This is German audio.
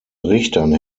richtern